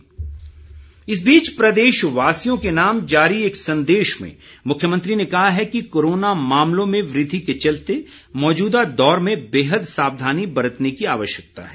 मुख्यमंत्री संदेश इस बीच प्रदेशवासियों के नाम जारी एक संदेश में मुख्यमंत्री ने कहा है कि कोरोना मामलों में वृद्धि के चलते मौजूदा दौर में बेहद सावधानी बरतने की आवश्यकता है